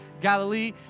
Galilee